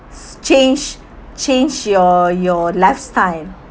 change change your your lifestyle